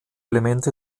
elemente